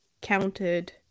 counted